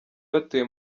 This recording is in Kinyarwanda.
batuye